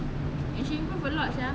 and she improve a lot sia